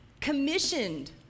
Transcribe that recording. commissioned